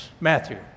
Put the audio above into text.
Matthew